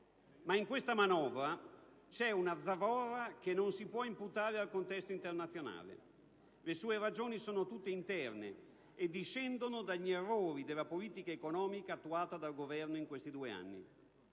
Ma in questa manovra c'è una zavorra che non si può imputare al contesto internazionale; le sue ragioni sono tutte interne e discendono dagli errori della politica economica attuata dal Governo in questi due anni.